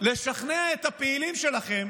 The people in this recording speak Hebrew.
לשכנע את הפעילים שלכם